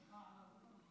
אה, על הרפורמים.